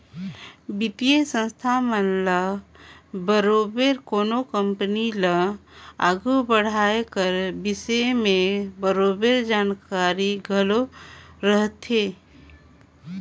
बित्तीय संस्था मन ल बरोबेर कोनो कंपनी ल आघु बढ़ाए कर बिसे में बरोबेर जानकारी घलो रहथे